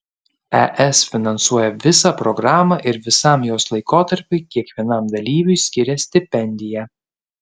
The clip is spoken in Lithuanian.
es finansuoja visą programą ir visam jos laikotarpiui kiekvienam dalyviui skiria stipendiją